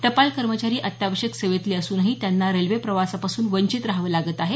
टपाल कर्मचारी अत्यावश्यक सेवेतले असूनही त्यांना रेल्वे प्रवासापासून वंचित रहावे लागत आहे